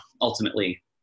ultimately